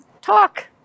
talk